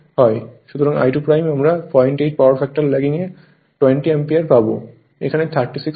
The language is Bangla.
সুতরাং I2 আমরা 08 পাওয়ার ফ্যাক্টর ল্যাগিং এ 20 অ্যাম্পিয়ার পাব